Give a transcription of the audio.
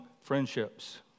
friendships